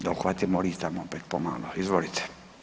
Da uhvatimo ritam opet pomalo, izvolite.